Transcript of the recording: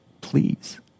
Please